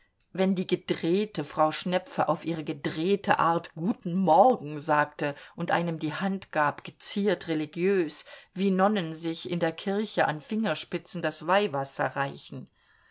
wenn die gedrehte frau sdmepfe auf ihre gedrehte art guten morgen sagte und einem die hand gab ge ziert religiös wie nonnen sich in der kirche an fingerspitzen das weihwasser reichen